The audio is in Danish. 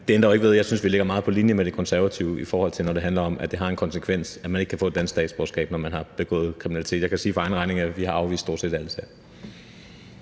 Det ændrer jo ikke ved, at jeg synes, vi ligger meget på linje med De Konservative, når det handler om, at det har en konsekvens, i forhold til at man ikke kan få et dansk statsborgerskab, når man har begået kriminalitet. Jeg kan sige for egen regning, at vi har afvist stort set alle sager.